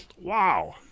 Wow